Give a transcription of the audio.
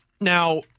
Now